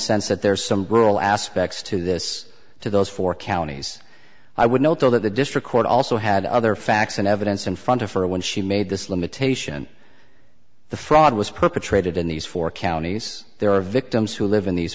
sense that there are some rural aspects to this to those four counties i would note though that the district court also had other facts and evidence in front of her when she made this limitation the fraud was perpetrated in these four counties there are victims who live in these